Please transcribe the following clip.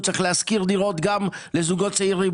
צריך להשכיר דירות גם לזוגות צעירים,